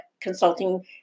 consulting